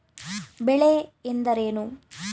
ಬೆಳೆ ಎಂದರೇನು?